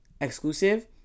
exclusive